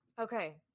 Okay